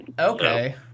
okay